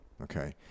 okay